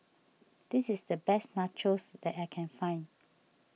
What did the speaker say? this is the best Nachos that I can find